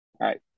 right